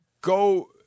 go